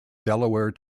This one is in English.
delaware